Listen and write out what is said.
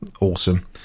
Awesome